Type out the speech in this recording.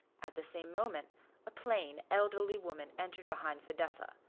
at the same moment a plain, elderly woman entered behind fidessa,